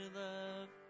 love